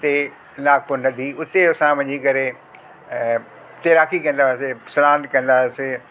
हुते नागपुर नदी हुते असां वञी करे ऐं हुते तैराकी कंदा हुआसीं सनानु कंदा हुआसीं